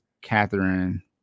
Catherine